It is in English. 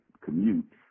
commute